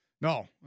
No